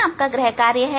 यह आप का ग्रह कार्य है